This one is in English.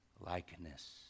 likeness